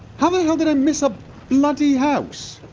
how the hell did i miss a bloody house?